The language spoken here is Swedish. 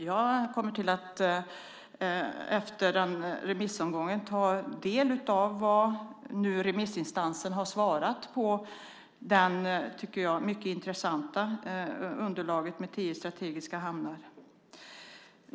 Jag kommer efter remissomgången att ta del av vad remissinstanserna har svarat på det i mitt tycke mycket intressanta underlaget om strategiska hamnar.